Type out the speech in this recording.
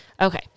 Okay